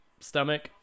stomach